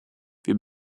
wir